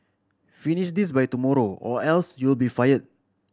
finish this by tomorrow or else you'll be fired